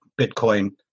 Bitcoin